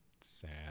sad